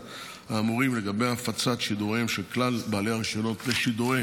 האמורים לגבי הפצת שידורים של כלל בעלי רישיונות לשידורי